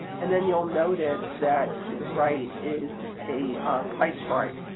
and then you'll notice that to the right is a pie chart